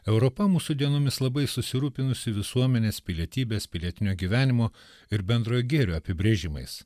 europa mūsų dienomis labai susirūpinusi visuomenės pilietybės pilietinio gyvenimo ir bendrojo gėrio apibrėžimais